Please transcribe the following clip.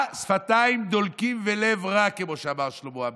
"שפתים דלקים ולב רע", כמו שאמר שלמה המלך.